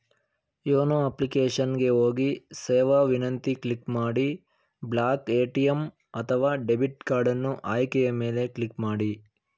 YONO application ಗೆ ಹೋಗಿ ಸೇವಾ ವಿನಂತಿ ಕ್ಲಿಕ್ ಮಾಡಿ ಬ್ಲಾಕ್ ಎ.ಟಿ.ಎಂ ಅಥವಾ ಡೆಬಿಟ್ ಕಾರ್ಡನ್ನು ಆಯ್ಕೆಯ ಮೇಲೆ ಕ್ಲಿಕ್ ಮಾಡಿ